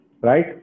right